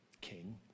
king